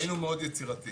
היינו מאוד יצירתיים,